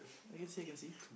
I guess here can see